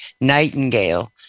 nightingale